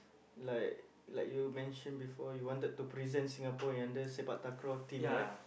like like you mentioned before you wanted to present Singapore in under sepak takraw team right